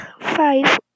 five